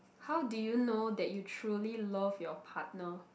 how did you know that you truly love your partner